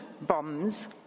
bombs